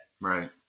Right